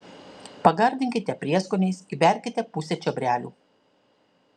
pagardinkite prieskoniais įberkite pusę čiobrelių